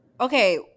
Okay